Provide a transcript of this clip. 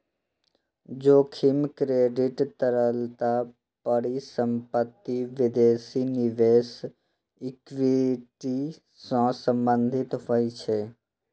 जोखिम क्रेडिट, तरलता, परिसंपत्ति, विदेशी निवेश, इक्विटी सं संबंधित होइ छै